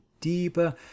deeper